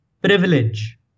privilege